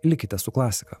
likite su klasika